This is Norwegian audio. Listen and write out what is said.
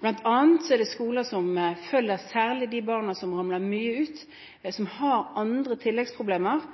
Blant annet er det skoler som følger særlig de barna som ramler mye ut, og som har tilleggsproblemer,